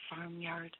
farmyard